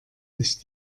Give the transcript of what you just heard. ich